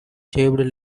shaped